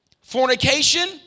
Fornication